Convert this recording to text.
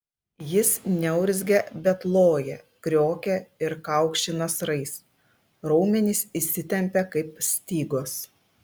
jis neurzgia bet loja kriokia ir kaukši nasrais raumenys įsitempia kaip stygos